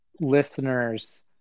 listeners